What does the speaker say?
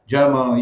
German